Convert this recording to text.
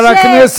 למה,